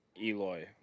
Eloy